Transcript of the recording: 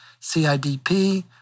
CIDP